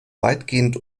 weitgehend